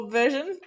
version